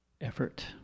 effort